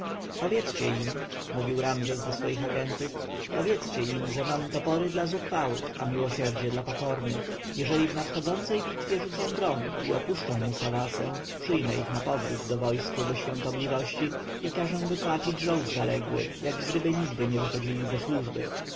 libijskich powiedzcie im mówił ramzes do swych ajentów powiedzcie im że mam topory dla zuchwałych a miłosierdzie dla pokornych jeżeli w nadchodzącej bitwie rzucą broń i opuszczą musawasę przyjmę ich napowrót do wojsk jego świątobliwości i każę wypłacić żołd zaległy jakgdyby nigdy nie wychodzili ze służby